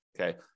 Okay